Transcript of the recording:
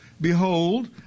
behold